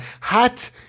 Hat